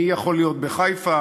מי יכול להיות בחיפה?